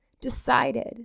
decided